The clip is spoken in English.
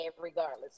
regardless